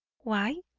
why?